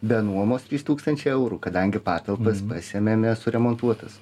be nuomos trys tūkstančiai eurų kadangi patalpas pasiėmėme suremontuotas